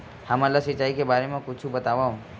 हमन ला सिंचाई के बारे मा कुछु बतावव?